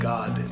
God